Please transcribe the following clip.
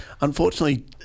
Unfortunately